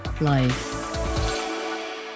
life